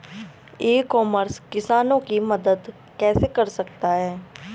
ई commerce किसानों की मदद कैसे कर सकता है?